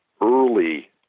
early